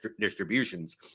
distributions